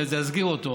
זה יסגיר אותו,